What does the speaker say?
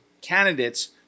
candidates